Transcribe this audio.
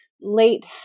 late